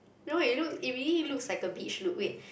no it look it really looks like a beach look wait